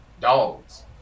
dogs